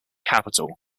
capital